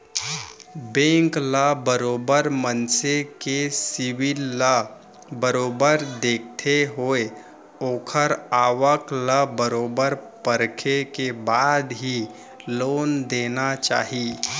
bank ल बरोबर मनसे के सिविल ल बरोबर देखत होय ओखर आवक ल बरोबर परखे के बाद ही लोन देना चाही